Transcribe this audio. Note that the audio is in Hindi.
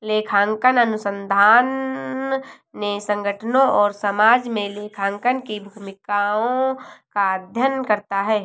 लेखांकन अनुसंधान ने संगठनों और समाज में लेखांकन की भूमिकाओं का अध्ययन करता है